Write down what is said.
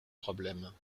problème